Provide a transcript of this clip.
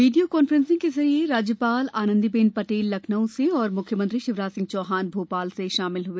video conferencing के जरिए राज्यपाल आनंदीबेन पटेल लखनऊ से और मुख्यमंत्री शिवराज सिंह चौहान भोपाल से शामिल हुए